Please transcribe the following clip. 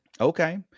okay